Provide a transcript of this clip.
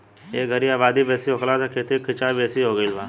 ए घरी आबादी बेसी होखला से खेती के खीचाव बेसी हो गई बा